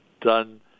done